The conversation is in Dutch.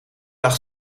lag